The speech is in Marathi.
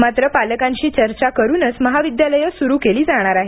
मात्र पालकांशी चर्चा करूनच महाविद्यालयं सुरू केली जाणार आहेत